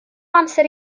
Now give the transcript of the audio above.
amser